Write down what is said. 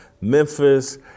Memphis